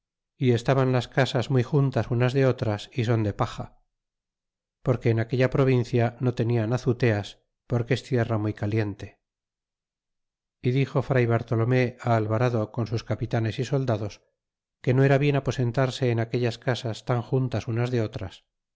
y estaban las casas muy juntas unas de otras y son de paja porque en aquella provincia no tenian azuteas porque es tierra muy caliente y dixo fr bartolomé alvarado con sus capitanes y soldados que no era bien aposentarse en aquellas casas tan juntas unas de otras